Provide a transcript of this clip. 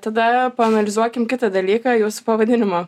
tada paanalizuokim kitą dalyką jūsų pavadinimą